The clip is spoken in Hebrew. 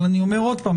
אבל אני אומר עוד פעם,